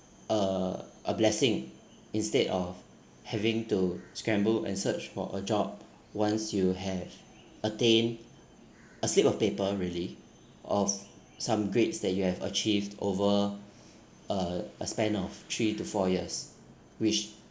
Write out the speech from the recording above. uh a blessing instead of having to scramble and search for a job once you have attained a slip of paper really of some grades that you have achieved over uh a span of three to four years which